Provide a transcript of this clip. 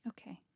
Okay